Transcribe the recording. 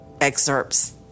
excerpts